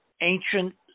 ancient